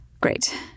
Great